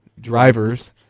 drivers